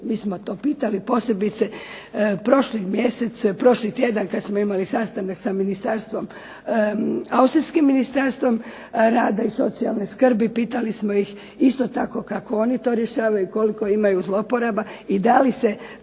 mi smo to pitali, posebice prošli tjedan kada smo imali sastanak sa Austrijskim Ministarstvom rada i socijalne skrbi, pitali smo ih kako oni to rješavaju i koliko imaju zlouporaba i da li se